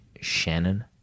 Shannon